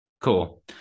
Cool